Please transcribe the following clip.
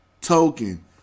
token